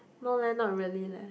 no leh not really leh